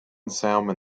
salmon